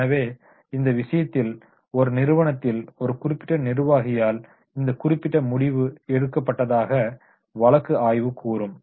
எனவே இந்த விஷயத்தில் ஒரு நிறுவனத்தில் ஒரு குறிப்பிட்ட நிர்வாகியால் இந்தக் குறிப்பிட்ட முடிவு எடுக்கப்பட்டதாக வழக்கு ஆய்வு கூறும்